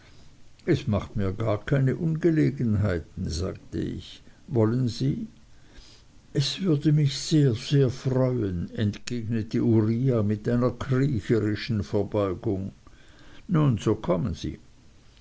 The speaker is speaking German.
es macht mir gar keine ungelegenheiten sagte ich wollen sie es würde mich sehr sehr freuen entgegnete uriah mit einer kriecherischen verbeugung nun so kommen sie